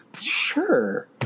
sure